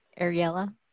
Ariella